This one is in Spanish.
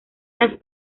las